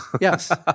Yes